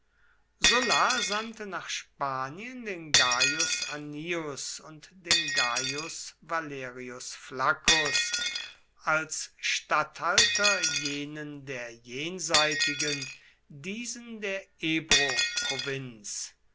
sulla sandte nach spanien den gaius annius und den gaius valerius flaccus als statthalter jenen der jenseitigen diesen der